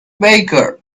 baker